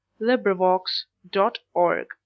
Librivox.org